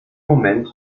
moment